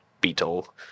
beetle